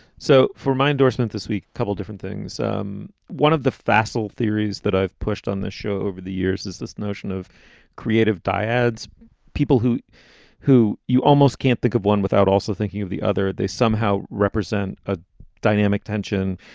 so for my endorsement this week, a couple different things. um one of the facile theories that i've pushed on this show over the years is this notion of creative dyads people who who you almost can't think of one without also thinking of the other. they somehow represent a dynamic tension.